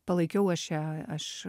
palaikiau aš ją aš